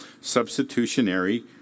substitutionary